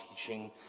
teaching